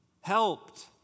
helped